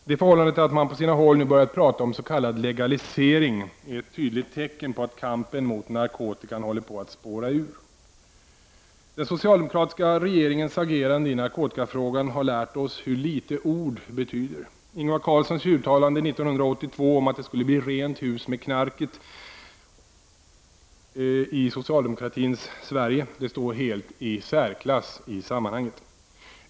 Det förhållandet att man på sina håll nu börjat prata om s.k. legalisering är ett tydligt tecken på att kampen mot narkotikan håller på att spåra ur. Den socialdemokratiska regeringens agerande i narkotikafrågan har lärt oss hur litet ord betyder. Ingvar Carlssons uttalande 1982 om att det skulle bli ”rent hus med knarket” i socialdemokratins Sverige står helt i särklass i det sammmanhanget.